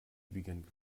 ewigen